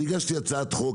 אני הגשתי הצעת חוק,